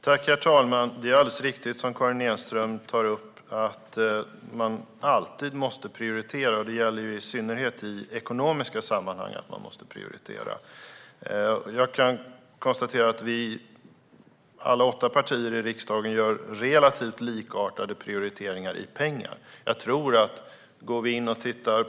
Herr talman! Det som Karin Enström tar upp är alldeles riktigt: Man måste alltid prioritera, i synnerhet i ekonomiska sammanhang. Jag kan konstatera att alla åtta partier i riksdagen gör relativt likartade prioriteringar när det gäller pengar.